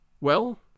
Well